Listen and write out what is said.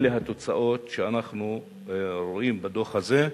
אלה התוצאות שאנחנו רואים בדוח הזה,